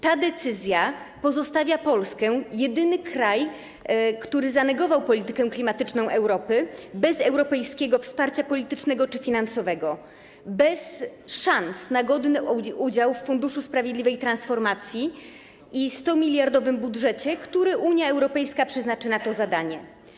Ta decyzja pozostawia Polskę, jedyny kraj, który zanegował politykę klimatyczną Europy, bez europejskiego wsparcia politycznego czy finansowego, bez szans na godny udział w funduszu sprawiedliwej transformacji i 100-miliardowym budżecie, który Unia Europejska przeznaczy na to zadanie.